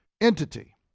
entity